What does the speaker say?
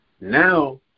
Now